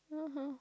(uh huh)